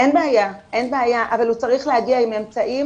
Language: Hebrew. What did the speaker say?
אין בעיה, אבל הם צריכים להגיע עם אמצעים